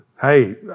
Hey